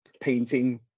painting